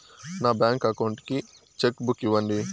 నా bank account కు cheque book ఇవ్వండి